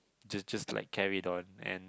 just just like carried on and